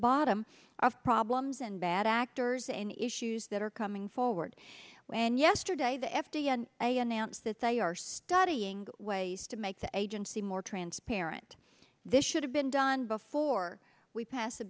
bottom of problems and bad actors and issues that are coming forward and yesterday the f d a and a announce that they are studying ways to make the agency more transparent this should have been done before we pass a